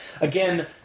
Again